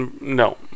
no